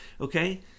Okay